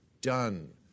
Done